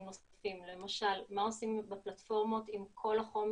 נוספים למשל מה עושים בפלטפורמות עם כל החומר